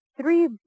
three